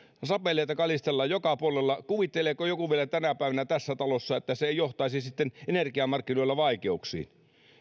ja sapeleita kalistellaan joka puolella kuvitteleeko joku vielä tänä päivänä tässä talossa että se ei sitten johtaisi energiamarkkinoilla vaikeuksiin